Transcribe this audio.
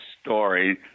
story